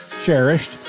cherished